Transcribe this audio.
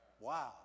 Wow